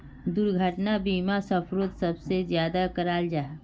दुर्घटना बीमा सफ़रोत सबसे ज्यादा कराल जाहा